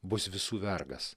bus visų vergas